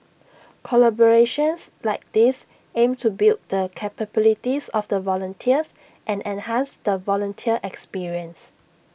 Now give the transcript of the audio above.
collaborations like these aim to build the capabilities of the volunteers and enhance the volunteer experience